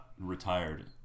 retired